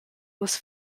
was